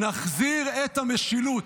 נחזיר את המשילות.